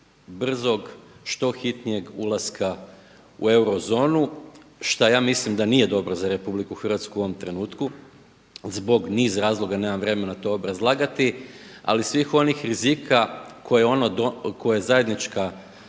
što hitnijeg ulaska u eurozonu, šta ja mislim da nije dobro za RH u ovom trenutku zbog niz razloga, nemam vremena to obrazlagati, ali svih onih rizika koje zajednička